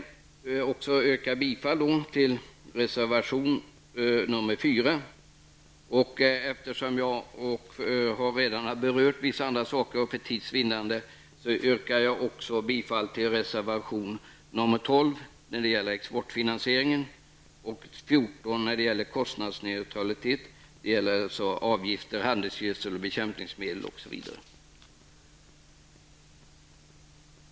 Jag vill yrka bifall till reservation nr 4. Jag har redan berört vissa andra frågor, och för tids vinnande yrkar jag också bifall till reservation 12 om exportfinaniseringen och till reservation 14 om kostnadsneutraliteten vad gäller avgifter på handelsgödsel, bekämpningsmedel osv.